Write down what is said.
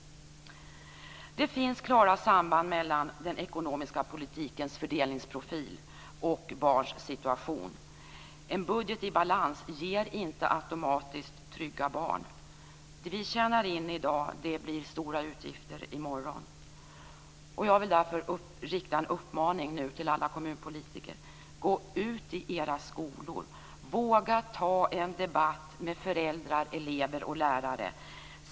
Det finns klara samband mellan den ekonomiska politikens fördelningsprofil och barns situation. En budget i balans ger inte automatiskt trygga barn. Vad vi i dag tjänar in blir stora utgifter i morgon. Jag vill därför till alla kommunpolitiker rikta följande uppmaning: Gå ut i era skolor och våga ta en debatt med föräldrar, elever och lärare!